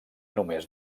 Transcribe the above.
només